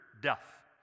death